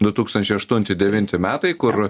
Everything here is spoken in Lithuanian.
du tūkstančiai aštunti devinti metai kur